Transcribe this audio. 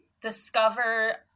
discover